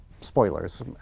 Spoilers